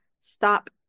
stop